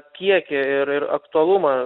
kiekį ir ir aktualumą